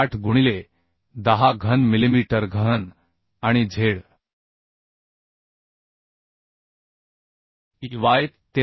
8 गुणिले 10 घन मिलिमीटर घन आणि Z ey 13